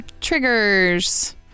triggers